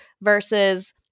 versus